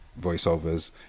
voiceovers